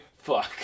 fuck